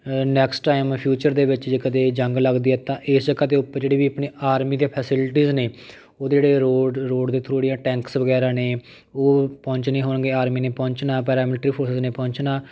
next time future ਦੇ ਵਿੱਚ ਜੇ ਕਦੇ ਜੰਗ ਲੱਗਦੀ ਹੈ ਤਾਂ ਇਸ ਜਗ੍ਹਾ ਦੇ ਉੱਪਰ ਜਿਹੜੀ ਵੀ ਆਪਣੀ ਆਰਮੀ ਦੇ ਫੈਸਲਿਟੀਜ਼ ਨੇ ਉਹਦੇ ਜਿਹੜੇ ਰੋਡ ਰੋਡ ਦੇ ਥਰੂ ਜਿਹੜੀਆਂ ਟੈਂਕਸ ਵਗੈਰਾ ਨੇ ਉਹ ਪਹੁੰਚਣੇ ਹੋਣਗੇ ਆਰਮੀ ਨੇ ਪਹੁੰਚਣਾ ਪੈਰਾਮਿਲਟਰੀ ਫੋਰਸਸਿ ਨੇ ਪਹੁੰਚਣਾ